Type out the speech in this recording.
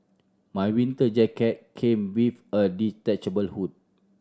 my winter jacket came with a detachable hood